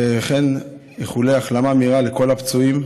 וכן באיחולי החלמה מהירה לכל הפצועים,